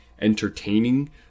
entertaining